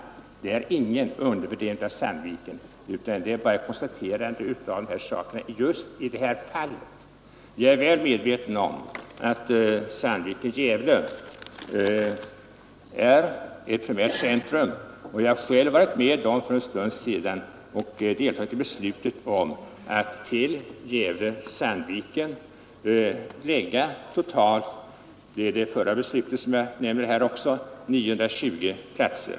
Det är ingen undervärdering av Sandviken. Det är bara ett konstaterande av hur det förhåller sig just i det här fallet. Jag är väl medvetan om att Gävle-Sandviken är ett primärt centrum. Jag har själv för en stund sedan deltagit i beslutet att till Gävle-Sandviken lokalisera totalt 920 tjänster.